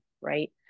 right